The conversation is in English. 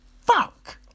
Fuck